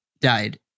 died